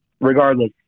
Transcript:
regardless